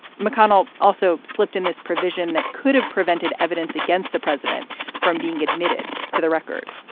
mcconnell also slipped in this provision that could have prevented evidence against the president from being admitted to the record.